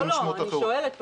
לא, אני שואלת.